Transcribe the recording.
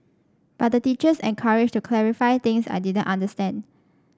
but the teachers encouraged to clarify things I didn't understand